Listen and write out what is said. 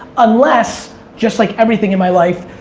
unless just like everything in my life,